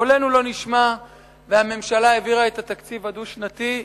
קולנו לא נשמע והממשלה העבירה את התקציב הדו-שנתי.